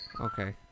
okay